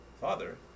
Father